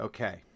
Okay